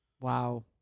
Wow